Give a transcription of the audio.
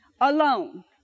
alone